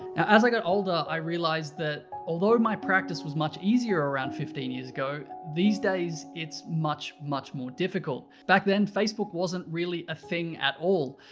as i got older, i realized that although my practice was much easier around fifteen years ago, these days it's much, much more difficult. back then, facebook wasn't really a thing at all.